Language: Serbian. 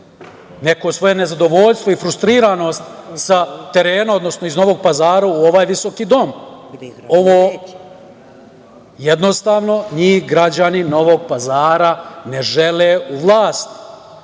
neko svoje nezadovoljstvo i frustriranost sa terena, odnosno iz Novog Pazara u ovaj visoki dom. Jednostavno, njih građani Novog Pazara ne žele u vlasti